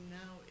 now